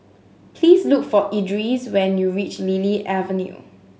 please look for Edris when you reach Lily Avenue